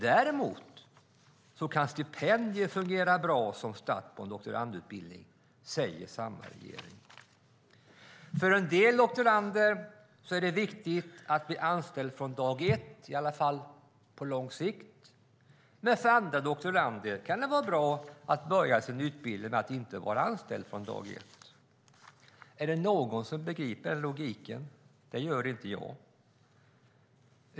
Däremot kan stipendier fungera bra som start på en doktorandutbildning, säger samma regering. För en del doktorander är det viktigt att de blir anställda från dag ett, i varje fall på lång sikt. Men för andra doktorander kan det vara bra att de börjar sin utbildning med att inte vara anställda från dag ett. Är det någon som begriper den logiken? Det gör inte jag.